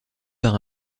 par